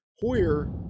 Hoyer